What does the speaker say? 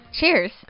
Cheers